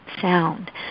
sound